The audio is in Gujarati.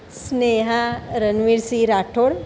સ્નેહા રનવીર સિંહ રાઠોડ